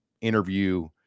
interview